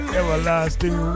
everlasting